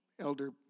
Elder